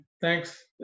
Thanks